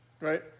Right